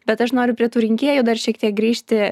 bet aš noriu prie tų rinkėjų dar šiek tiek grįžti